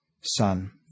son